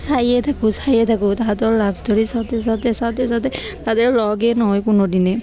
চায়ে থাকোঁ চায়ে থাকোঁ তাহাঁতৰ লাভ ষ্ট'ৰী চাওঁতে চাওঁতে চাওঁতে চাওঁতে তাহাঁত লগেই নহয় কোনো দিনে